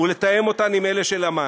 ולתאם אותן עם אלה של אמ"ן.